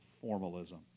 formalism